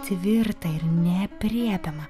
tvirtą ir neaprėpiamą